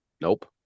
Nope